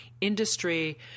industry